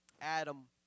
Adam